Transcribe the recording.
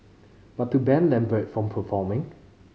but to ban Lambert from performing